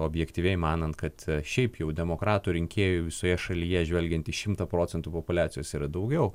objektyviai manant kad šiaip jau demokratų rinkėjų visoje šalyje žvelgiant į šimtą procentų populiacijos yra daugiau